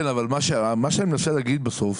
כן, אבל מה שאני מנסה להגיד בסוף